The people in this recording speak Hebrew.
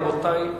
רבותי,